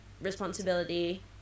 responsibility